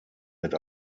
mit